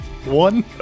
One